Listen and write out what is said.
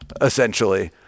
essentially